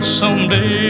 someday